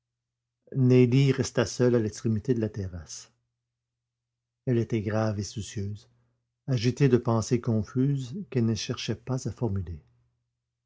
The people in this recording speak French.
nelly resta seule à l'extrémité de la terrasse elle était grave et soucieuse agitée de pensées confuses qu'elle ne cherchait pas à formuler